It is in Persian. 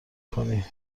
کنی